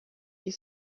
you